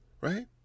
Right